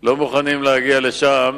לא מוכנים להגיע לשם